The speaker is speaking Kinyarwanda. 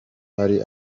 ari